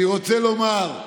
אני רוצה לומר,